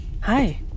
Hi